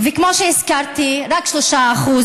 וכמו שהזכרתי, רק 2.7%